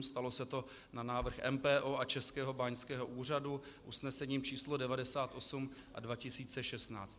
Stalo se to na návrh MPO a Českého báňského úřadu usnesením číslo 98 a 2016.